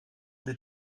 des